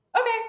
okay